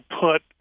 put